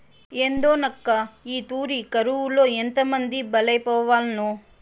ఏందోనక్కా, ఈ తూరి కరువులో ఎంతమంది బలైపోవాల్నో